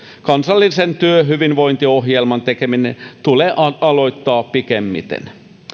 kansallisen työhyvinvointiohjelman tekeminen tulee aloittaa pikimmiten